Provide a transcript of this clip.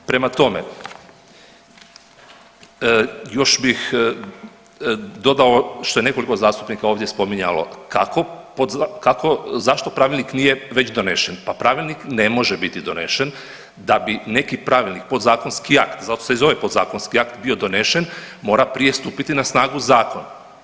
Prema tome, još bih dodao što je nekoliko zastupnika ovdje spominjalo, zašto pravilnik nije već donesen, pa pravilnik ne može biti donesen, da bi neki pravilnik podzakonski akt, zato se i zove podzakonski akt bio donesen mora prije stupiti na snagu zakon.